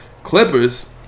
Clippers